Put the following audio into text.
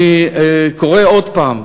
אני קורא עוד פעם,